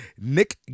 nick